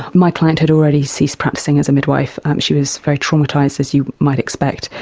my client had already ceased practising as a midwife. she was very traumatised, as you might expect,